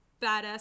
badass